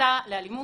הסתה לאלימות,